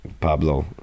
Pablo